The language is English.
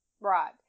right